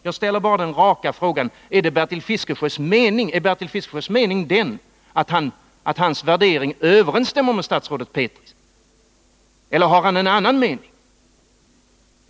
Jag ställer bara den raka frågan: Överensstämmer Bertil Fiskesjös mening med statsrådet Petris? Eller har Bertil Fiskesjö en annan mening?